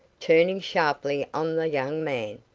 turning sharply on the young man,